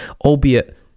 albeit